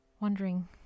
wondering